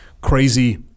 crazy